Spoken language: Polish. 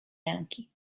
ręki